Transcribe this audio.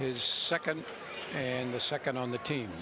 his second and the second on the team